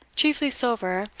chiefly silver,